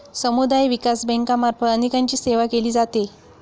समुदाय विकास बँकांमार्फत अनेकांची सेवा केली जाते